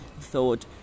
thought